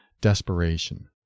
desperation